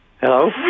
Hello